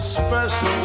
special